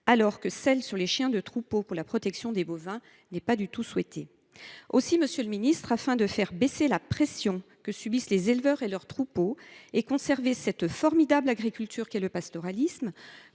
le déploiement de chiens de troupeaux pour la protection des bovins n’est pas du tout souhaitée. Aussi, monsieur le ministre, afin de faire baisser la pression que subissent les éleveurs et leurs troupeaux et de conserver cette formidable forme d’agriculture qu’est le pastoralisme,